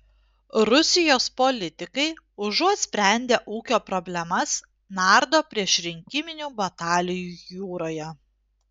rusijos politikai užuot sprendę ūkio problemas nardo priešrinkiminių batalijų jūroje